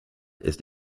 ist